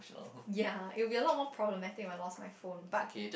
ya it'll be a lot more problematic when I lost my phone but